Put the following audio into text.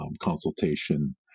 consultation